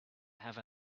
have